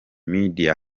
media